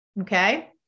Okay